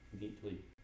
neatly